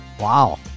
wow